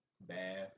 bath